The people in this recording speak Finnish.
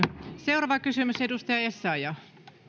seuraava kysymys edustaja essayah arvoisa rouva